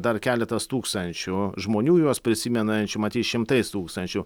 dar keletas tūkstančių žmonių juos prisimenančių matyt šimtais tūkstančių